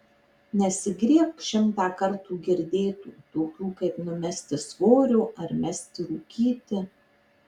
nesigriebk šimtą kartų girdėtų tokių kaip numesti svorio ar mesti rūkyti